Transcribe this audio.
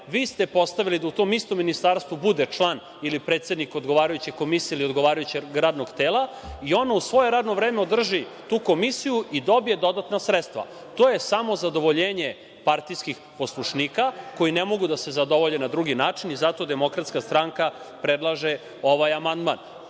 Vi ste postavili da u tom istom Ministarstvu bude član ili predsednik odgovarajuće komisije, ili odgovarajućeg radnog tela, i ono u svoje radno vreme održi tu komisiju i dobije dodatna sredstva. To je samozadovoljenje partijskih poslušnika, koji ne mogu da se zadovolje na drugi način i zato DS predlaže ovaj amandman.U